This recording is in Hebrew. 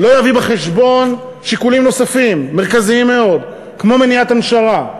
לא יביא בחשבון שיקולים נוספים מרכזיים מאוד כמו מניעת הנשרה,